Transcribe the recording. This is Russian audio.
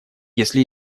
если